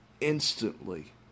Instantly